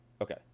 Okay